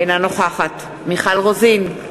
אינה נוכחת מיכל רוזין,